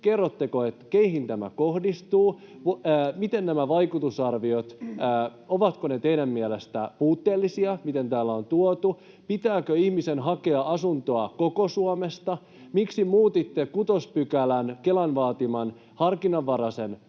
kerrotte, keihin tämä kohdistuu, ovatko nämä vaikutusarviot teidän mielestänne puutteellisia, niin kuin täällä on tuotu, pitääkö ihmisen hakea asuntoa koko Suomesta ja miksi muutitte kutospykälän Kelan vaatiman harkinnanvaraisen